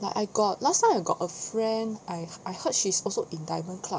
like I got last time I got a friend I've I heard she's also in Diamond Club